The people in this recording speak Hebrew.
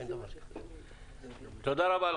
תודה רבה.